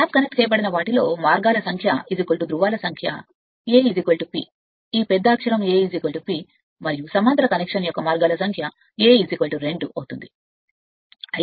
lap connect చేయబడిన మార్గం ధ్రువాల సంఖ్య A P ఈ పెద్దఅక్షరం A P మరియు కనెక్షన్ యొక్క మార్గం A 2 అవుతుంది